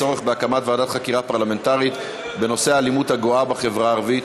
הצורך בהקמת ועדת חקירה פרלמנטרית בנושא האלימות הגואה בחברה הערבית.